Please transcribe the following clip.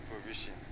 provision